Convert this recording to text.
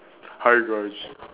hi guys